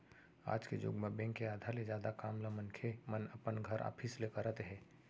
आज के जुग म बेंक के आधा ले जादा काम ल मनखे मन अपन घर, ऑफिस ले करत हे